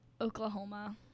Oklahoma